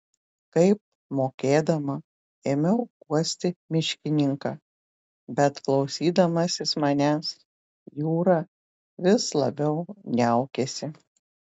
kaip mokėdama ėmiau guosti miškininką bet klausydamasis manęs jura vis labiau niaukėsi